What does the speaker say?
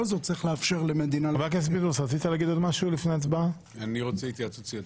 אני רוצה התייעצות סיעתית.